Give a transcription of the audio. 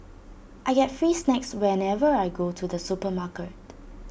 I get free snacks whenever I go to the supermarket